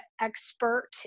expert